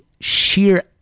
sheer